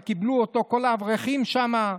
וקיבלו אותו כל האברכים שם.